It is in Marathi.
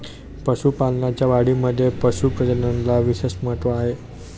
पशुपालनाच्या वाढीमध्ये पशु प्रजननाला विशेष महत्त्व आहे